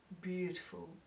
beautiful